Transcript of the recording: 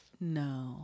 No